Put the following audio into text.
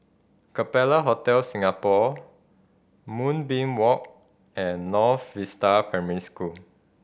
Capella Hotel Singapore Moonbeam Walk and North Vista Primary School